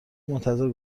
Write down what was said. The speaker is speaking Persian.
منتظر